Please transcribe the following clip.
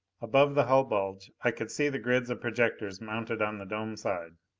above the hull bulge i could see the grids of projectors mounted on the dome side,